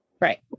Right